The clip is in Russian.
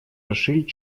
расширить